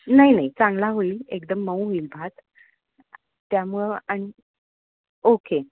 नाही नाही चांगला होईल एकदम मऊ होईल भात त्यामुळं आणि ओके